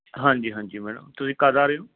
ਹਾਂਜੀ ਹਾਂਜੀ ਮੈਡਮ ਤੁਸੀਂ ਕਦ ਆ ਰਹੇ ਹੋ